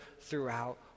throughout